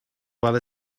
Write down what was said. well